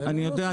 אני יודע,